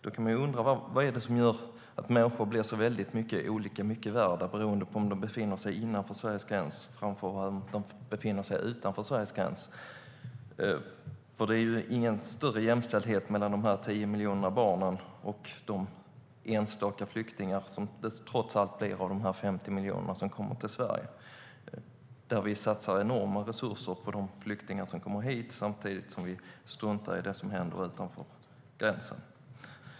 Då kan man undra vad det är som gör att människor är så olika mycket värda beroende på om de befinner sig innanför eller utanför Sverige gränser. Det är ju ingen större jämlikhet mellan dessa 10 miljoner barn och de enstaka flyktingar som det trots allt blir som kommer till Sverige av dessa 50 miljoner. Vi satsar enorma resurser på de flyktingar som kommer hit samtidigt som vi struntar i det som händer utanför våra gränser.